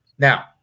Now